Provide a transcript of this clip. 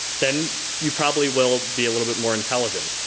then you probably will be a little bit more intelligent.